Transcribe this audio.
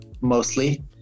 mostly